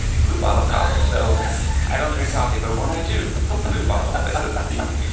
blue bottle coffee. so i don't drink coffee, but when i do, blue bottle is the